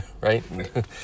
right